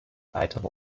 weitere